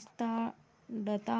ఇస్తాడట